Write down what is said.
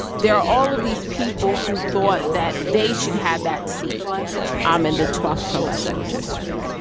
there are all of these people who thought that they should have that seat um in the twelfth congressional district.